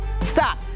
stop